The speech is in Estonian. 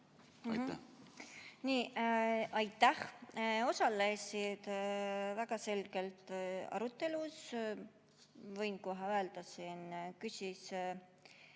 Aitäh! Osalesid väga selgelt arutelus. Võin kohe öelda, kes